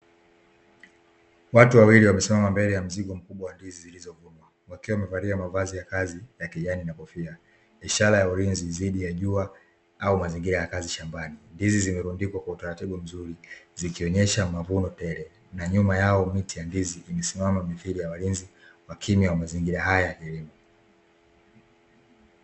Watu wawili wamesimama mbele ya mzigo mkubwa wa ndizi zilizovunwa, wakiwa wamevalia mavazi ya kazi ya kijani na kofia, ishara ya ulinzi dhidi ya jua au mazingira ya kazi shambani, ndizi zimerundikwa kwa utaratibu mzuri zikionyesha mavuno tele, na nyuma yao miti ya ndizi imesimama mithili ya walinzi wakimya wa mazingira haya ya elimu.